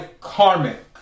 karmic